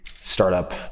startup